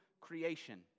creation